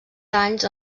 danys